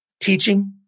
Teaching